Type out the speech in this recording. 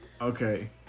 Okay